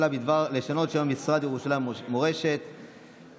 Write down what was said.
לשנות את שם משרד ירושלים ומורשת כך שייקרא מעתה "משרד